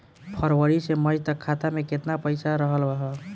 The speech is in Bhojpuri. फरवरी से मई तक खाता में केतना पईसा रहल ह?